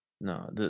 No